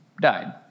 died